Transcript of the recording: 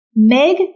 Meg